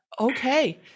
Okay